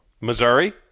Missouri